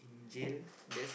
jail